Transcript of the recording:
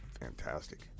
Fantastic